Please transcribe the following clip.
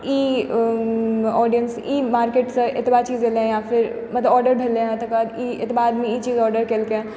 ई audience ई market सऽ एतबा चीज एलै यऽ फेर मतलब आर्डर भेलै हँ तकर बाद ई एतबा आदमी ई चीज आर्डर केलकै हँ